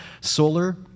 solar